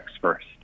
first